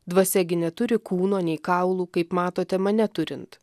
dvasia gi neturi kūno nei kaulų kaip matote mane turint